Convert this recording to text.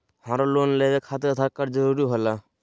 हमरा लोन लेवे खातिर आधार कार्ड जरूरी होला?